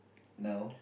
now